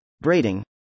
braiding